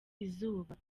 izuba